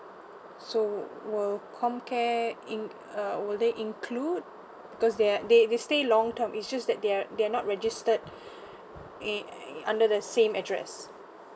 so will comcare in~ uh will they include because they are they they stay long term is just that they are they are not registered in under the same address